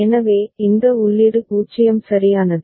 எனவே இந்த உள்ளீடு 0 சரியானது